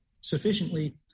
sufficiently